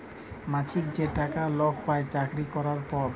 মাছিক যে টাকা লক পায় চাকরি ক্যরার পর